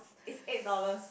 it's eight dollars